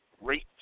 rate